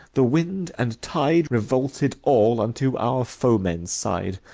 the wind and tide, revolted all unto our foe men's side,